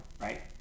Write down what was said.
Right